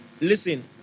Listen